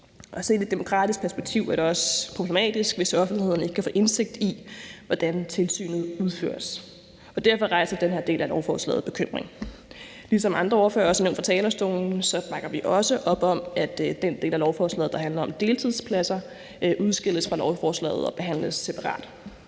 Set i et demokratisk perspektiv er det også problematisk, hvis offentligheden ikke kan få indsigt i, hvordan tilsynet udføres. Derfor rejser den her del af lovforslaget bekymring. Som andre ordføreren har nævnt fra talerstolen bakker vi også op om, at den del af lovforslaget, der handler om deltidspladser, udskilles fra lovforslaget og behandles separat.